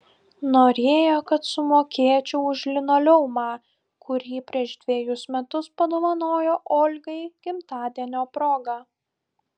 norėjo kad sumokėčiau už linoleumą kurį prieš dvejus metus padovanojo olgai gimtadienio proga